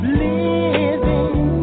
living